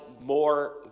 more